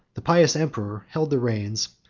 the pious emperor held the reins,